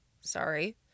Sorry